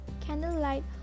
candlelight